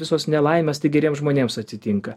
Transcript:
visos nelaimės tik geriems žmonėms atsitinka